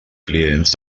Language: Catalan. clients